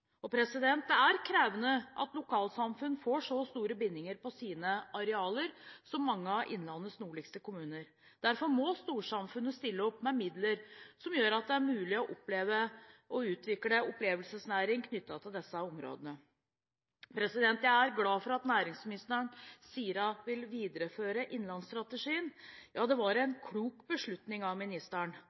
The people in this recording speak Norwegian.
og det er krevende at lokalsamfunn får så store bindinger på sine arealer som mange av Innlandets nordligste kommuner. Derfor må storsamfunnet stille opp med midler som gjør det mulig å utvikle opplevelsesnæring knyttet til disse områdene. Jeg er glad for at næringsministeren sier at hun vil videreføre innlandsstrategien. Det var en klok beslutning av ministeren.